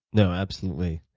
no, absolutely.